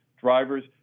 drivers